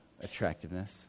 attractiveness